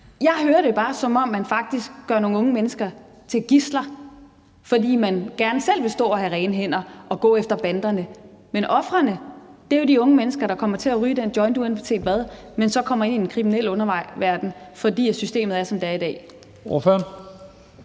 Jeg hører det bare, som om man faktisk gør nogle unge mennesker til gidsler, fordi man gerne selv vil stå og have rene hænder og gå efter banderne. Men ofrene er jo de unge mennesker, der kommer til at ryge den joint uanset hvad, men så kommer i den kriminelle underverden, fordi systemet er, som det er i dag.